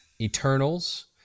Eternals